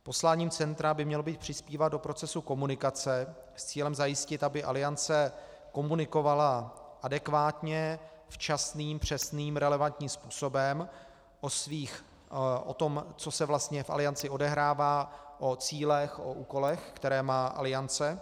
Posláním centra by mělo být přispívat do procesu komunikace s cílem zajistit, aby Aliance komunikovala adekvátně, včasným, přesným, relevantním způsobem o tom, co se vlastně v Alianci odehrává, o cílech, o úkolech, které má Aliance.